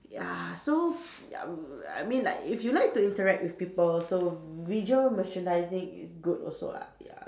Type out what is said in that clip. ya so ya I mean like if you like to interact with people so visual merchandising is good also lah ya